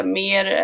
mer